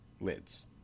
lids